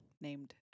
named